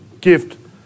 gift